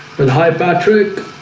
with hi patrick,